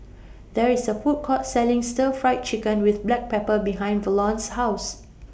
There IS A Food Court Selling Stir Fried Chicken with Black Pepper behind Verlon's House